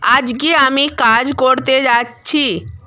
আজকে আমি কাজ করতে যাচ্ছি